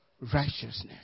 righteousness